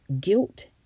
guilt